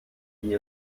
die